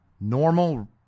normal